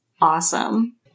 awesome